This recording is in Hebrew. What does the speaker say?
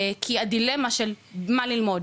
כי הדילמה של מה ללמוד,